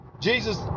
Jesus